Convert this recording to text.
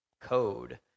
code